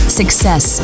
success